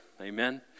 amen